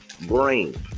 brain